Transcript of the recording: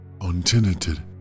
untenanted